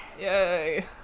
Yay